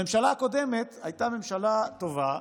הממשלה הקודמת הייתה ממשלה טובה.